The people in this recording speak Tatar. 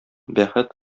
бәхет